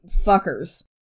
fuckers